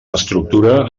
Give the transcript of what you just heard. estructura